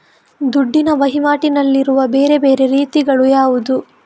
ದುಡ್ಡಿನ ವಹಿವಾಟಿನಲ್ಲಿರುವ ಬೇರೆ ಬೇರೆ ರೀತಿಗಳು ಯಾವುದು?